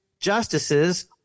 justices